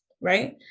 right